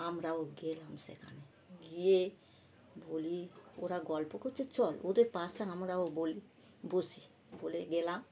আমরাও গেলাম সেখানে গিয়ে বলি ওরা গল্প করছে চল ওদের পাশে আমরাও বলি বসি বলে গেলাম